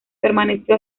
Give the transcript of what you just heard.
permaneció